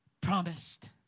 promised